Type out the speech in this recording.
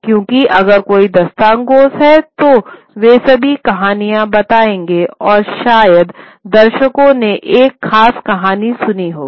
क्योंकि अगर कई दास्तानगोज़ हैं तो वे सभी कहानियाँ बताएंगे और शायद दर्शकों ने एक ख़ास कहानी सुनी होगी